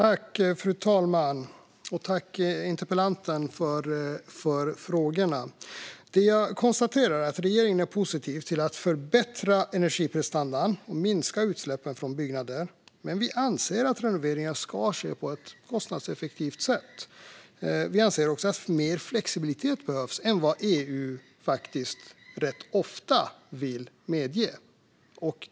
Fru talman! Tack, interpellanten, för frågorna! Jag konstaterar att regeringen är positiv till att förbättra energiprestandan och minska utsläppen från byggnader, men vi anser att renoveringen ska ske på ett kostnadseffektivt sätt. Vi anser också att det behövs mer flexibilitet än vad EU ofta vill medge.